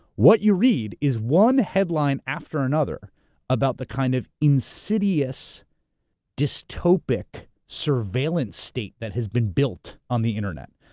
what you read is one headline after another about the kind of insidious dystopic surveillance state that has been built on the internet.